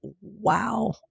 wow